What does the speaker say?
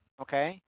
okay